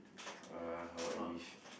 uh how I wish